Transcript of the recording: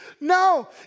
No